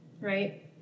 right